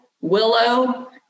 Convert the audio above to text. Willow